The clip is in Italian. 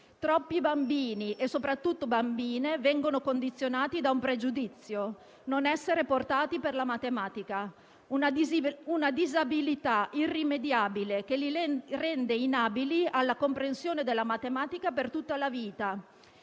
Troppi bambini e soprattutto bambine vengono condizionati da un pregiudizio: non essere portati per la matematica, una disabilità irrimediabile che li rende inabili alla comprensione della matematica per tutta la vita.